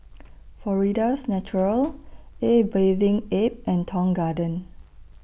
Florida's Natural A Bathing Ape and Tong Garden